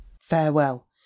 Farewell